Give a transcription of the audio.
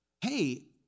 hey